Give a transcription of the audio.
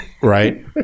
right